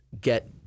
get